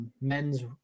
men's